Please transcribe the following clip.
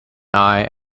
eye